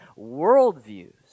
worldviews